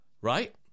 right